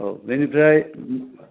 औ बेनिफ्राय